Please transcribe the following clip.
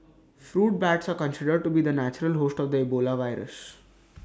fruit bats are considered to be the natural host of the Ebola virus